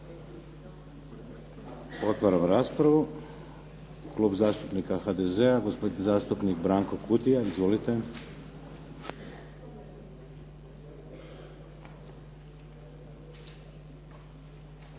Otvaram raspravu. Klub zastupnika HDZ-a, gospodin zastupnik Branko Kutija. Izvolite.